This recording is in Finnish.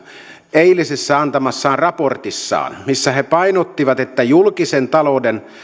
eilen antamassaan raportissaan missä he painottivat että julkisen talouden